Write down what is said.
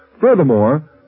Furthermore